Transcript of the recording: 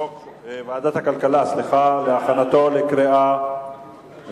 הכלכלה להכנתה לקריאה